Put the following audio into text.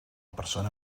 persona